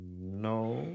No